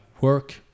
work